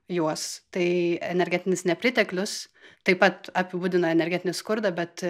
juos tai energetinis nepriteklius taip pat apibūdina energetinį skurdą bet